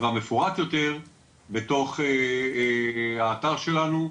ומפורט יותר בתוך האתר שלנו,